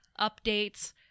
updates